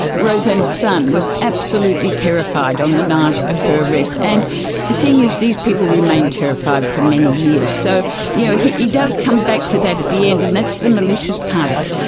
roseanne's son was absolutely terrified on the night of her arrest, and the thing is these people remained terrified for many years. so yeah he does come back to that at the end, and that's the malicious part of it.